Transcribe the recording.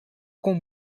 com